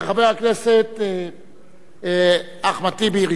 חבר הכנסת אחמד טיבי,